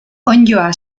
onddoa